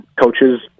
coaches